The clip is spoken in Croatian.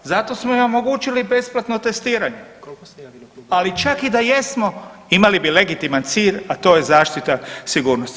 Zato smo i omogućili besplatno testiranje, ali čak i da jesmo imali bi legitiman cilj, a to je zaštita sigurnosti.